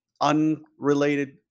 unrelated